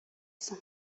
соң